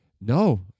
No